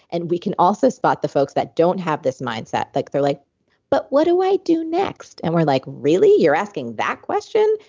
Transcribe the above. and we can also spot the folks that don't have this mindset. like they're like but what do i do next? and we're, like really? you're asking that question?